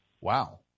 Wow